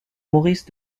maurice